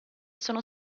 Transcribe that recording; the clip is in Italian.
sono